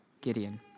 Gideon